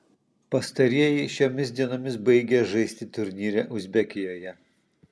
pastarieji šiomis dienomis baigia žaisti turnyre uzbekijoje